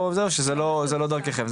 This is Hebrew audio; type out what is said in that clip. או שזה לא דרככם?